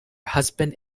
husband